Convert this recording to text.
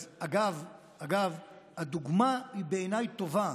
אגב, הדוגמה היא בעיניי טובה,